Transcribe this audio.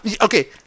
Okay